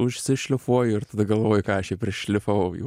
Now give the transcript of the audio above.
užsišlifuoju ir tada galvoju ką aš čia prišlifavau jau